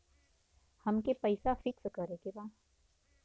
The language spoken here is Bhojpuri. अमके पैसा फिक्स करे के बा?